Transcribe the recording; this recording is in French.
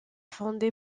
fondé